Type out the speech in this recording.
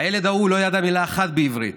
הילד ההוא לא ידע מילה אחת בעברית,